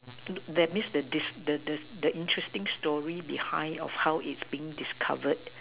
that means the discovery the the the interesting story behind of how it's being discovered